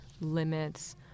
limits